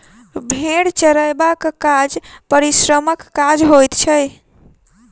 भेंड़ चरयबाक काज परिश्रमक काज होइत छै